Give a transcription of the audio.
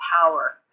power